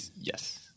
Yes